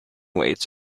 weights